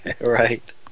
Right